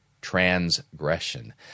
transgression